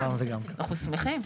מזל טוב.